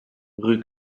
rue